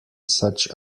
such